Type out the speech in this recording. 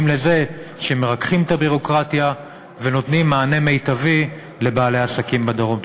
לזה שמרככים את הביורוקרטיה ונותנים מענה מיטבי לבעלי עסקים בדרום.